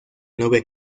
nubes